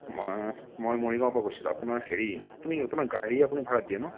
মই মই মৰিগাঁৱৰ পৰা কৈছিলোঁ আপোনাৰ হেৰি আপুনি আপোনাৰ গাড়ী আপুনি ভাড়াত দিয়ে ন